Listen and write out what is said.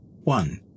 one